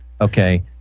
Okay